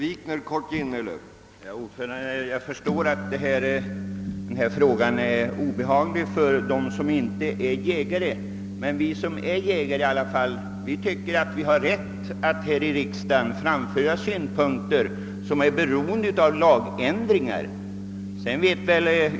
Herr talman! Jag förstår att denna fråga är obehaglig för dem som inte är jägare, men vi som är jägare tycker i alla fall att vi har rätt att här i riksdagen framföra synpunkter vilkas tillgodoseende är beroende av lagändringar.